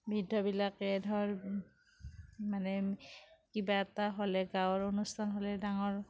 বৃদ্ধবিলাকে ধৰ মানে কিবা এটা হ'লে গাঁৱৰ অনুষ্ঠান হ'লে ডাঙৰ